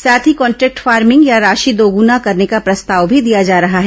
साथ ही contract farming या राशि दोगुना करने का प्रस्ताव भी दिया जा रहा है